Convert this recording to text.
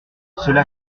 cela